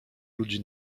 ludzi